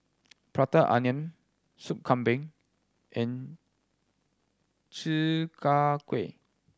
Prata Onion Soup Kambing and Chi Kak Kuih